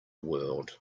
world